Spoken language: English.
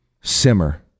simmer